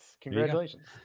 Congratulations